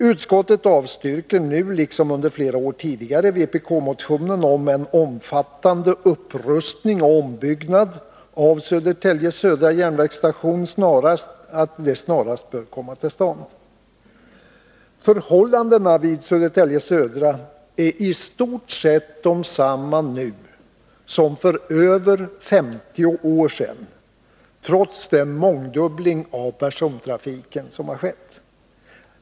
Utskottet avstyrker nu liksom under flera år tidigare vpk-motionen om att en omfattande upprustning och ombyggnad av Södertälje Södra järnvägsstation snarast bör komma till stånd. Förhållandena vid Södertälje Södra är i stort sett desamma nu som för över 50 år sedan, trots den mångdubbling av persontrafiken som har skett.